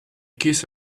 kissed